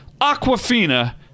Aquafina